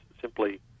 simply